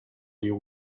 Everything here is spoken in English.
you